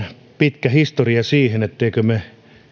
pitkä historia siihen ettemmekö me